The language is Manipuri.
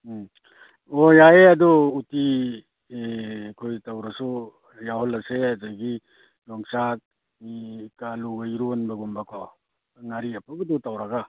ꯎꯝ ꯑꯣ ꯌꯥꯏꯌꯦ ꯑꯗꯨ ꯎꯠꯇꯤ ꯑꯦ ꯑꯩꯈꯣꯏ ꯇꯧꯔꯁꯨ ꯌꯥꯎꯍꯜꯂꯁꯦ ꯑꯗꯨꯗꯒꯤ ꯌꯣꯡꯆꯥꯛ ꯎꯝ ꯀ ꯑꯥꯂꯨꯒ ꯏꯔꯣꯟꯕꯒꯨꯝꯕꯀꯣ ꯉꯥꯔꯤ ꯑꯐꯕꯗꯨ ꯇꯧꯔꯒ